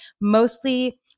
mostly